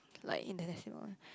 like international